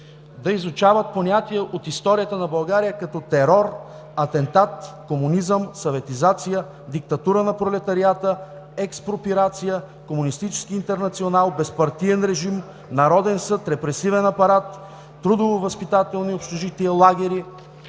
да изучават понятия от историята на България като „терор“, „атентат“, „комунизъм“, „съветизация“, „диктатура на пролетариата“, „експроприация“, „комунистически интернационал“, „безпартиен режим“, „народен съд“, „репресивен апарат“, „трудововъзпитателни общежития“, „лагери“,